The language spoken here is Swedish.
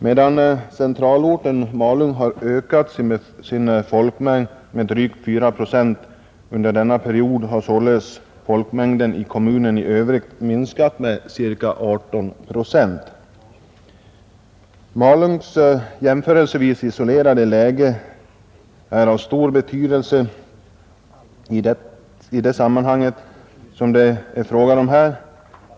Medan centralorten Malung har ökat sin folkmängd med drygt 4 procent under denna period har således folkmängden i kommunen i övrigt minskat med ca 18 procent. Malungs jämförelsevis isolerade läge är av stor betydelse i det sammanhang som det är fråga om här.